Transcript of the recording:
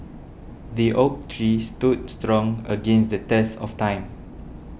the oak tree stood strong against the test of time